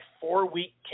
four-week